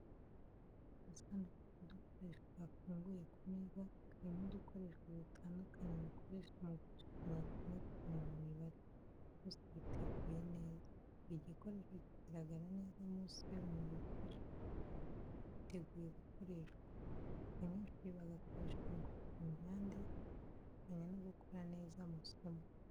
Agasanduku k’udukoresho gafunguye ku meza karimo udukoresho dutandukanye bakoresha mu gushushanya cyane cyane mu mibare, byose biteguye neza. Buri gikoresho kigaragara neza munsi y’urumuri rw’ishuri, biteguye gukoreshwa. Abanyeshuri bagakoresha mu gupima impande, gushushanya no gukora neza amasomo.